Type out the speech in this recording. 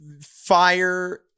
fire